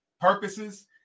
purposes